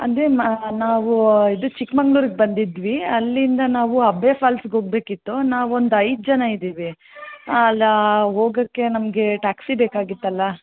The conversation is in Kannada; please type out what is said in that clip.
ಅಂದರೆ ಮ ನಾವೂ ಇದು ಚಿಕ್ಕಮಂಗ್ಳೂರಿಗೆ ಬಂದಿದ್ದಿವಿ ಅಲ್ಲಿಂದ ನಾವು ಅಬ್ಬೇ ಫಾಲ್ಸಿಗೆ ಹೋಗ್ಬೇಕಿತ್ತು ನಾವೊಂದು ಐದು ಜನ ಇದ್ದೀವಿ ಅಲ್ಲಾ ಹೋಗಕ್ಕೆ ನಮಗೆ ಟ್ಯಾಕ್ಸಿ ಬೇಕಾಗಿತ್ತಲ್ಲಾ